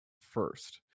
first